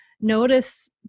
Notice